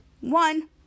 One